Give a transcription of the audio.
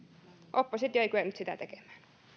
oppositio ei kyennyt sitä tekemään